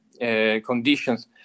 conditions